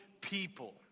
people